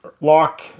lock